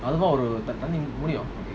அதுதான்ஒருபண்ணமுடியும்:adhuthan oru panna mudium